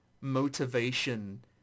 motivation